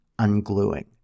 ungluing